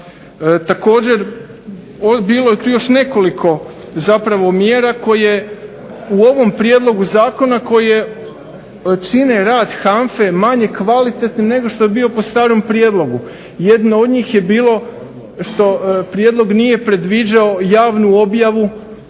Također, bilo ih je još nekoliko mjera koje u ovom Prijedlogu zakona koje čine rad HANFA manje kvalitetnim nego što bi bio po starom prijedlogu. Jedno od njih je bilo što Prijedlog nije predviđao javnu objavu